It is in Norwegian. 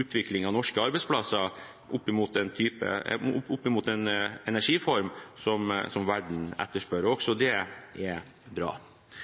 utviklingen av norske arbeidsplasser, sett opp imot den energiform som verden etterspør. Også det er bra.